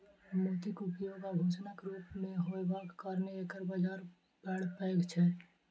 मोतीक उपयोग आभूषणक रूप मे होयबाक कारणेँ एकर बाजार बड़ पैघ छै